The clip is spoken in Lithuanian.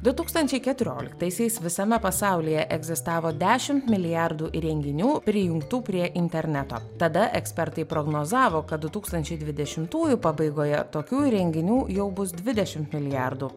du tūkstančiai keturioliktaisiais visame pasaulyje egzistavo dešimt milijardų įrenginių prijungtų prie interneto tada ekspertai prognozavo kad du tūkstančiai dvidešimtųjų pabaigoje tokių įrenginių jau bus dvidešimt milijardų